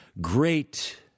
great